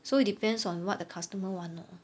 so it depends on what the customer wants lor